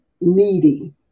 needy